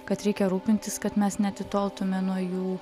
kad reikia rūpintis kad mes neatitoltume nuo jų